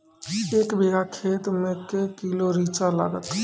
एक बीघा खेत मे के किलो रिचा लागत?